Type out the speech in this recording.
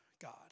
God